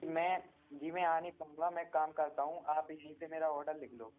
मैं जी मैं आ नहीं पाऊँगा मैं काम करता हूँ आप यहीं से मेरा ऑडर लिख लो